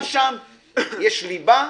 גם שם יש ליבה.